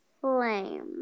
Flame